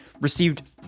received